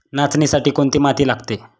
नाचणीसाठी कोणती माती लागते?